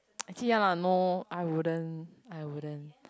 ya no I wouldn't I wouldn't